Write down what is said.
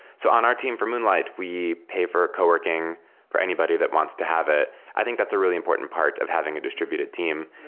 so on our team, for moonlight, we pay for co-working for anybody that wants to have it. i think that's a really important part of having a distributed team.